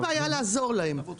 אין לי בעיה לעזור להם,